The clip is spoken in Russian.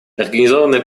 организованная